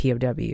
POW